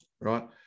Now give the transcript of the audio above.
right